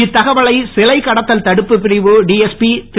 இத்தகவலை சிலை கடத்தில் தடுப்பு பிரிவு டிஎஸ்பி திரு